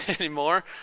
anymore